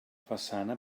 façana